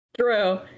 True